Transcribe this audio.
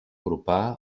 propà